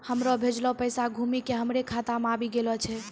हमरो भेजलो पैसा घुमि के हमरे खाता मे आबि गेलो छै